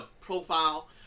profile